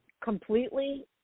Completely